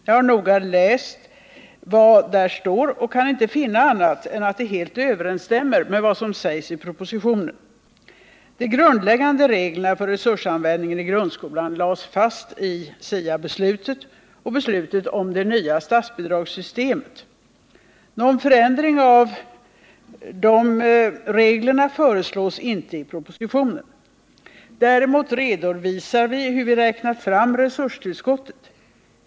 Jag har noga läst vad där står och kan inte finna annat än att det helt överensstämmer med vad som sägs i propositionen. De grundläggande reglerna för resursanvändningen lades fast i SIA beslutet och i beslutet om det nya statsbidragssystemet. Någon förändring av de reglerna föreslås inte i propositionen. Däremot redovisar vi hur vi räknat fram resurstillskottet.